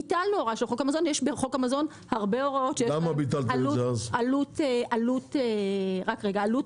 יש בחוק המזון הרבה הוראות שיש להן עלות רגולטורית,